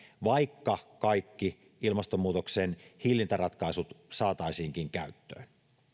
vaikka kaikki ilmastonmuutoksen hillintäratkaisut saataisiinkin käyttöön